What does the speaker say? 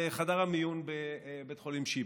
לחדר המיון בבית החולים שיבא.